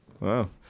Wow